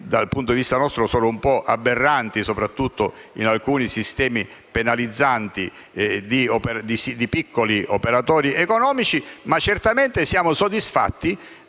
punto di vista, sono un po' aberranti, soprattutto in alcuni sistemi penalizzanti di piccoli operatori economici. Certamente, però, siamo soddisfatti